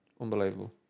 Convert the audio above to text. Unbelievable